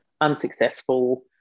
unsuccessful